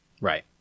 Right